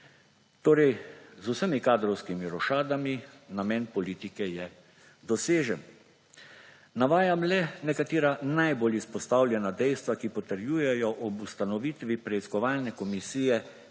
Torej z vsemi kadrovskimi rošadami – namen politike je dosežen. Navajam le nekatera najbolj izpostavljena dejstva, ki potrjujejo ob ustanovitvi preiskovalne komisije